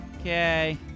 Okay